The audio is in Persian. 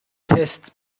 تست